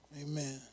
Amen